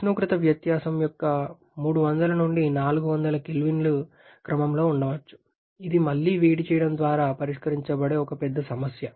ఉష్ణోగ్రత వ్యత్యాసం యొక్క 300 నుండి 400 K క్రమంలో ఉండవచ్చు ఇది మళ్లీ వేడి చేయడం ద్వారా పరిష్కరించబడే ఒక పెద్ద సమస్య